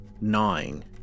gnawing